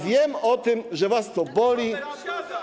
Wiem o tym, że was to boli.